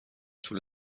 طول